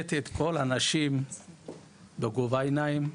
מקבלת את כל האנשים בגובה העיניים,